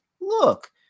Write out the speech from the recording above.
Look